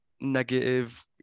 negative